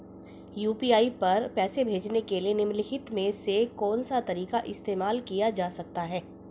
UPI पर पैसे भेजने के लिए निम्नलिखित में से कौन सा तरीका इस्तेमाल किया जा सकता है?